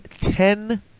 Ten